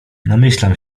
namyślam